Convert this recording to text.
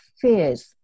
fears